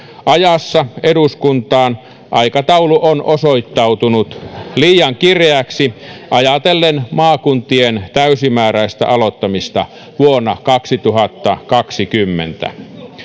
ajassa eduskuntaan aikataulu on osoittautunut liian kireäksi ajatellen maakuntien täysimääräistä aloittamista vuonna kaksituhattakaksikymmentä